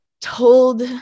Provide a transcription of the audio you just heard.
told